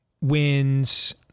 wins